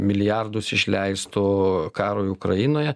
milijardus išleistų karui ukrainoje